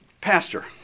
Pastor